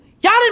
y'all